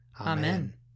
Amen